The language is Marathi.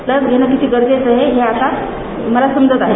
लस घेणे किती गरजेचं आहे हे आता मला समजत आलं